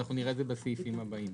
אנחנו נראה את זה בסעיפים הבאים.